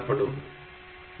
Refer Slide Time 0712